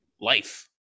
life